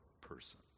person